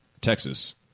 Texas